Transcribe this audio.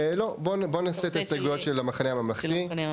לא, בואו נעשה את ההסתייגויות של "המחנה הממלכתי".